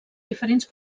diferents